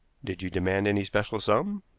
did you demand any special sum?